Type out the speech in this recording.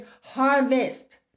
harvest